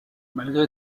malgré